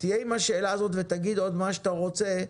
תהיה עם השאלה הזאת, ותגיד עוד מה שאתה רוצה,